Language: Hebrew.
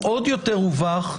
הוא עוד יותר הובך,